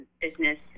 business